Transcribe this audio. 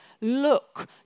look